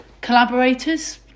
collaborators